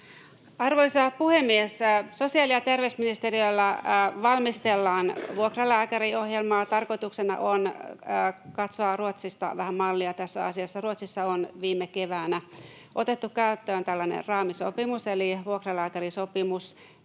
Arvoisa puhemies! Sosiaali- ja terveysministeriössä valmistellaan vuokralääkäriohjelmaa. Tarkoituksena on katsoa Ruotsista vähän mallia tässä asiassa. Ruotsissa on viime keväänä otettu käyttöön tällainen raamisopimus eli vuokralääkärisopimus,